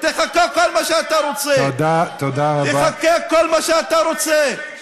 אתה קורע את הנייר, אתה קורע את הדגל,